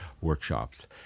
workshops